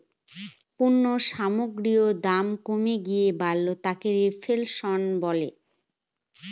পণ্য সামগ্রীর দাম কমে গিয়ে বাড়লে তাকে রেফ্ল্যাশন বলে